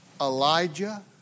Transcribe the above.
Elijah